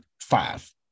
five